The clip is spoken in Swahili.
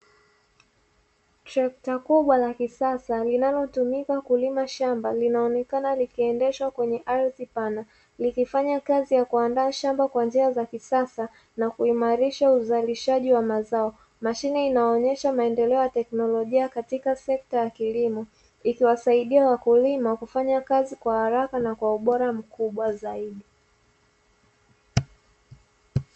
Trekta kubwa la kisasa linalotumika kulima shamba, linaonekana likiendeshwa kwenye ardhi pana, likifanya kazi ya kuandaa shamba kwa njia za kisasa na kuimarisha uzalishaji wa mazao. Mashine inaonyesha maendeleo ya teknolojia katika sekta ya kilimo, ikiwasaidia wakulima kufanya kazi kwa haraka na kwa ubora mkubwa zaidi.